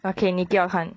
okay 你给我看